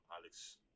Alex